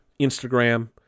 Instagram